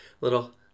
Little